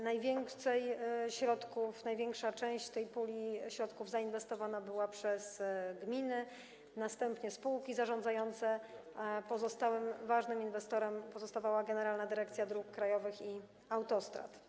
Najwięcej środków, największa część tej puli środków zainwestowana została przez gminy, następnie spółki zarządzające, a pozostałym ważnym inwestorem pozostawała Generalna Dyrekcja Dróg Krajowych i Autostrad.